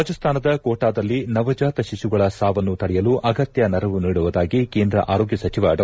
ರಾಜಸ್ತಾನದ ಕೋಟಾದಲ್ಲಿ ನವಜಾತ ಶಿಶುಗಳ ಸಾವನ್ನು ತಡೆಯಲು ಅಗತ್ತ ನೆರವು ನೀಡುವುದಾಗಿ ಕೇಂದ್ರ ಆರೋಗ್ಯ ಸಚಿವ ಡಾ